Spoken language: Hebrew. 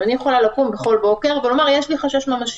אני יכולה לקום בכל בוקר ולהגיד: יש לי חשש ממשי.